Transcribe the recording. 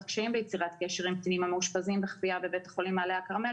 קשיים ביצירת קשר עם קטינים המאושפזים בכפייה בבית החולים מעלה הכרמל,